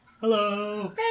Hello